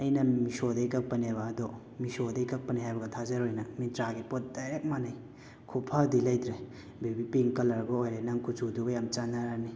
ꯑꯩꯅ ꯃꯤꯁꯣꯗꯒꯤ ꯀꯛꯄꯅꯦꯕ ꯑꯗꯣ ꯃꯤꯁꯣꯗꯒꯤ ꯀꯛꯄꯅꯦ ꯍꯥꯏꯕꯒ ꯊꯥꯖꯔꯣꯏ ꯅꯪ ꯃꯤꯟꯇ꯭ꯔꯥꯒꯤ ꯄꯣꯠ ꯗꯥꯏꯔꯦꯛ ꯃꯥꯟꯅꯩ ꯈꯨꯐꯗꯤ ꯂꯩꯇ꯭ꯔꯦ ꯕꯦꯕꯤ ꯄꯤꯡ ꯀꯂꯔꯒ ꯑꯣꯏꯔꯦ ꯅꯪꯒꯤ ꯀꯨꯆꯨꯗꯨꯒ ꯌꯥꯝ ꯆꯥꯟꯅꯔꯅꯤ